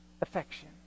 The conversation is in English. affection